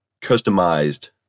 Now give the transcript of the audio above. customized